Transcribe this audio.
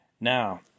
Now